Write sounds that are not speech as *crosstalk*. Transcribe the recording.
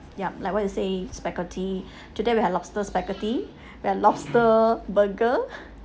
yup like what you say spaghetti today we have lobster spaghetti we have lobster burger *breath*